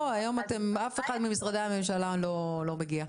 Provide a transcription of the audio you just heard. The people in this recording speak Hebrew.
היום אף אחד ממשרדי הממשלה לא הגיע לכאן,